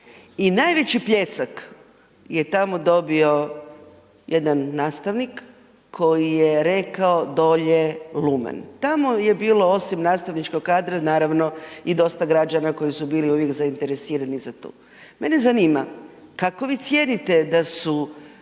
i najveći pljesak je tamo dobio jedan nastavnik koji je rekao „dolje lumen“. Tamo je bilo osim nastavničkog kadra naravno i dosta građana koji su bili uvijek zainteresirani za to. Mene zanima, kako vi cijenite da su